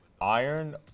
iron